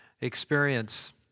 experience